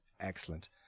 excellent